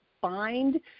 find